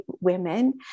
women